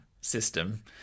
system